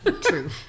True